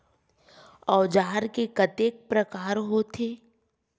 औजार के कतेक प्रकार होथे?